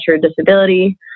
Disability